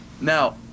Now